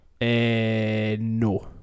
No